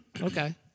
Okay